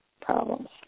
problems